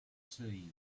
tea